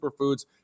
superfoods